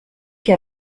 che